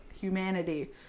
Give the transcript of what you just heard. humanity